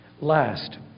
Last